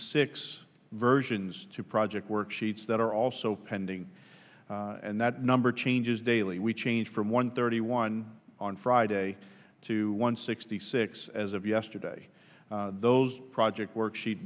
six versions to project work sheets that are also pending and that number changes daily we change from one thirty one on friday to one sixty six as of yesterday those project work she